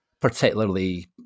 particularly